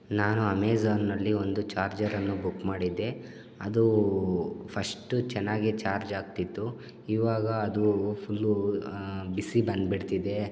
ನಾನು ಅಮೆಝಾನ್ನಲ್ಲಿ ಒಂದು ಚಾರ್ಜರನ್ನು ಬುಕ್ ಮಾಡಿದ್ದೆ ಅದು ಫಶ್ಟು ಚೆನ್ನಾಗೆ ಚಾರ್ಜ್ ಆಗ್ತಿತ್ತು ಇವಾಗ ಅದು ಫುಲ್ಲೂ ಬಿಸಿ ಬಂದುಬಿಡ್ತಿದೆ